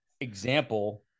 example